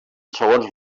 segons